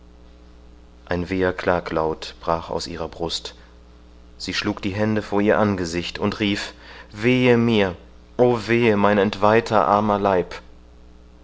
ein weher klaglaut brach aus ihrer brust sie schlug die hände vor ihr angesicht und rief weh mir o wehe mein entweihter armer leib